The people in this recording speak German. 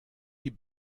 die